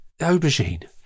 aubergine